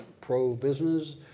pro-business